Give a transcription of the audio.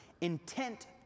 Intent